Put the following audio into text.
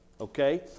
Okay